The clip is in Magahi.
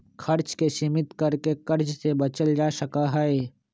खर्च के सीमित कर के कर्ज से बचल जा सका हई